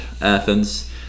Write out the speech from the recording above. Athens